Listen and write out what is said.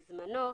בזמנו,